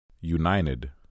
United